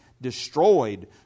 destroyed